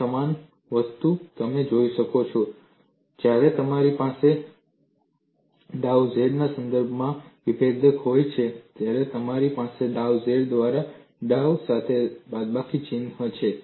એક સમાન વસ્તુ તમે જોઈ શકો છો જ્યારે તમારી પાસે ડાઉ z ડાઉના સંદર્ભમાં વિભેદક હોય છે તમારી પાસે ડાઉ z દ્વારા ડાઉ સાથે બાદબાકી ચિહ્ન હોય છે